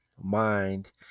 mind